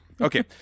Okay